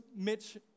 Mitch